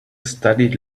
studied